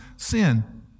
Sin